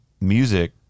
music